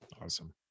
Awesome